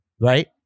right